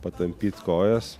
patampyt kojas